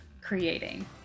creating